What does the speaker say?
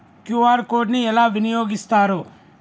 QR code ని ఎలా వినియోగిస్తారు?